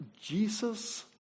Jesus